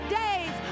days